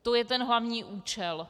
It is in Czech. To je ten hlavní účel.